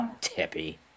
tippy